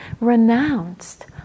renounced